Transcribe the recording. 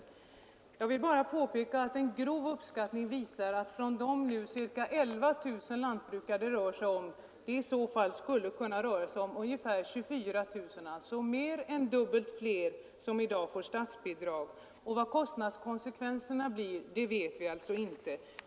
Jag vill bara påpeka att en grov uppskattning visar att från de nu ca 11 000 lantbrukare det rör sig om det i så fall skulle kunna bli fråga om ungefär 24 000, alltså mer än dubbelt så många som i dag får statsbidrag. Vad kostnadskonsekvenserna blir vet vi alltså inte.